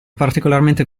particolarmente